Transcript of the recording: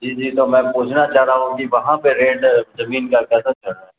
جی جی تو میں پوچھنا چاہ رہا ہوں کہ وہاں پہ ریٹ زمین کا کیسا چل رہا ہے